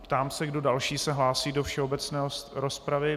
Ptám se, kdo další se hlásí do všeobecné rozpravy.